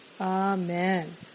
Amen